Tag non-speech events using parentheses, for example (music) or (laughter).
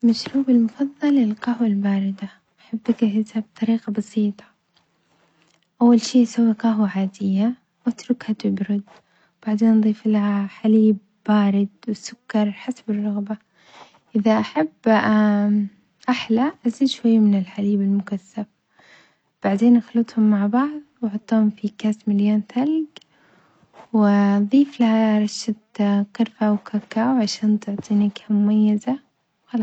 مشروبي المفضل القهوة الباردة أحب أجهزها بطريقة بسيطة، أول شي أسوي قهوة عادية وأتركها تبرد، وبعدين أظيف لها حليب بارد وسكر حسب الرغبة، إذا أحب (hesitation) أحلى أزيد شوية من الحليب المكثف، بعدين أخلطهم مع بعض وأحطهم في كاس مليان ثلج وأظيف لها رشة قرفة وكاكاو عشان تعطيني نكهة مميزة وخلاص.